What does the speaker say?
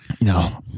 No